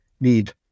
need